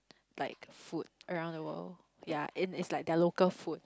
like food around the world ya in is like their local food